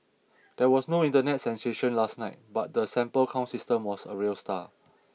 there was no Internet sensation last night but the sample count system was a real star